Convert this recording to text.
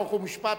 חוק ומשפט,